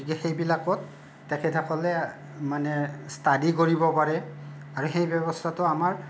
গতিকে সেইবিলাকত তেখেতসকলে মানে ষ্টাডি কৰিব পাৰে আৰু সেই ব্যৱস্থাটো আমাৰ